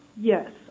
Yes